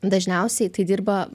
dažniausiai tai dirba